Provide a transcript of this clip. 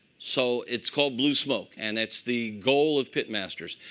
so it's called blue smoke. and it's the goal of pit masters.